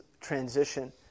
transition